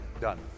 Done